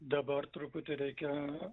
dabar truputį reikia